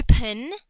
open